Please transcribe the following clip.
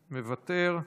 מוותר,